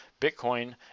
Bitcoin